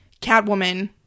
Catwoman